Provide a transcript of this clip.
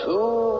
Two